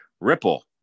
Ripple